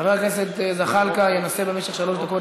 חבר הכנסת זחאלקה ינסה במשך שלוש דקות